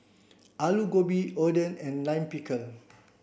Alu Gobi Oden and Lime Pickle